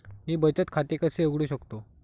मी बचत खाते कसे उघडू शकतो?